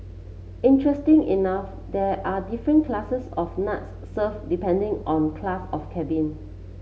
interesting enough there are different classes of nuts served depending on class of cabin